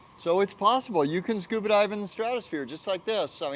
so, it's possible, you can scuba dive in the stratosphere, just like this. so